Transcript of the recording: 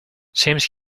seems